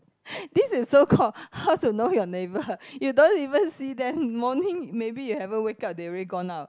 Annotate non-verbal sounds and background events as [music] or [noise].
[breath] this is so called how to know your neighbour you don't even see them morning maybe you haven't wake up they already gone out